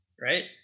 Right